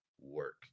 work